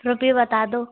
रुपए बता दो